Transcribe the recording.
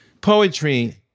Poetry